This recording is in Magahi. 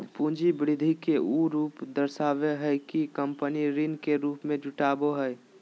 पूंजी वृद्धि के उ रूप दर्शाबो हइ कि कंपनी ऋण के रूप में जुटाबो हइ